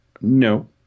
No